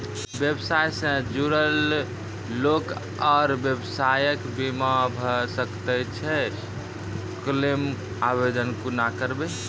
व्यवसाय सॅ जुड़ल लोक आर व्यवसायक बीमा भऽ सकैत छै? क्लेमक आवेदन कुना करवै?